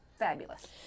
fabulous